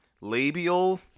labial